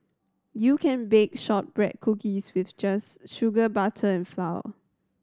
you can bake shortbread cookies with just sugar butter and flour